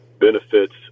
benefits